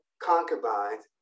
concubines